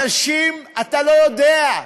אנשים, אתה לא יודע,